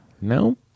No